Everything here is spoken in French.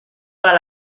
bas